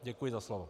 Děkuji za slovo.